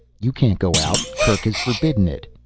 you can't go out, kerk has forbidden it.